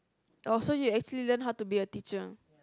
oh so you actually learn how to be a teacher